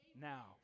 now